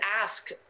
ask